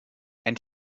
and